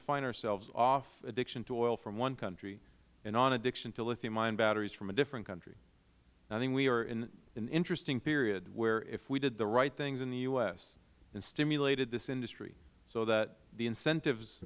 to find ourselves off addiction to oil from one country and on addiction to lithium ion batteries from a different country i think we are in an interesting period where if we did the right things in the u s and stimulated this industry so the incentives